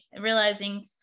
realizing